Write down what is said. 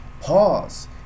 pause